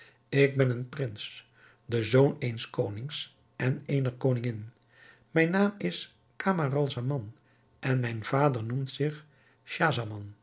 ik ben een prins de zoon eens konings en eener koningin mijn naam is camaralzaman en mijn vader noemt zich